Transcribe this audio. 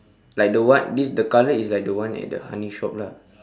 like the one this the color is like the one at the honey shop lah